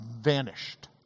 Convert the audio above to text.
vanished